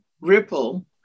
ripple